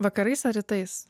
vakarais ar rytais